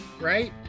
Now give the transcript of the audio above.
right